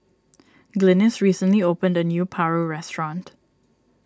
Glynis recently opened a new Paru restaurant